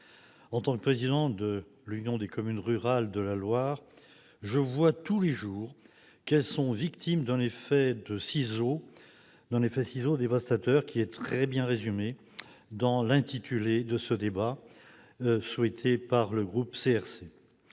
En tant que président de l'Union des communes rurales de la Loire, je vois tous les jours qu'elles sont victimes d'un effet de ciseaux dévastateur, très bien résumé par l'intitulé de ce débat qu'a souhaité le groupe CRC.